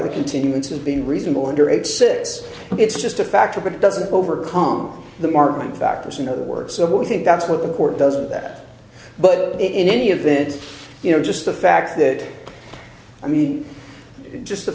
the continuance of being reasonable under age six it's just a factor but it doesn't overcome the marmont factors in other words so we think that's what the court doesn't that but in any event you know just the fact that i mean just the